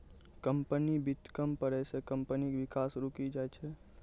company वित्त कम पड़ै से कम्पनी के विकास रुकी जाय छै